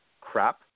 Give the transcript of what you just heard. crap